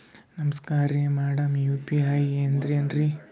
ನಮಸ್ಕಾರ್ರಿ madam UPI ಅಂದ್ರೆನ್ರಿ?